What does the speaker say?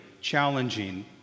challenging